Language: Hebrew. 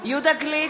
יהודה גליק,